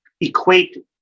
equate